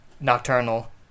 nocturnal